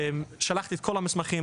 שלחתי את כל המסמכים,